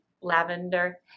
Lavender